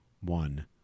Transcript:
one